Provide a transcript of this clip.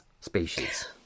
species